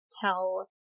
tell